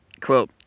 Quote